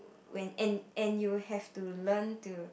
when and and you have to learn to